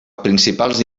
principals